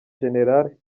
jenerali